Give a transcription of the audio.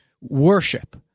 worship